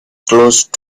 closed